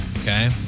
Okay